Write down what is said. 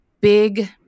big